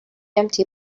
empty